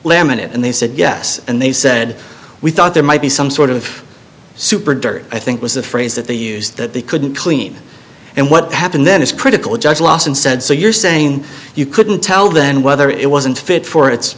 laminate and they said yes and they said we thought there might be some sort of super dirt i think was the phrase that they used that they couldn't clean and what happened then is critical judge lawson said so you're saying you couldn't tell then whether it wasn't fit for it